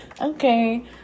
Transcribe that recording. okay